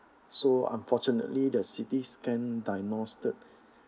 so unfortunately the C_T scan diagnosed